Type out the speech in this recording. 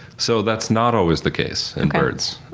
so that's not always the case in birds.